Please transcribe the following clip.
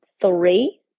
three